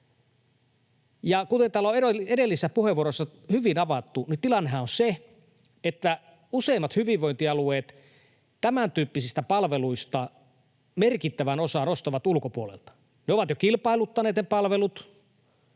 kuten täällä on edellisissä puheenvuoroissa hyvin avattu, niin tilannehan on se, että useimmat hyvinvointialueet tämän tyyppisistä palveluista merkittävän osan ostavat ulkopuolelta. Ne ovat jo kilpailuttaneet ne palvelut,